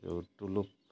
ଟୁଲୁକ୍